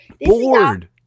Bored